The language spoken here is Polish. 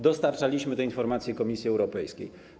Dostarczaliśmy te informacje Komisji Europejskiej.